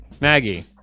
Maggie